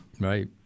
Right